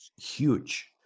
huge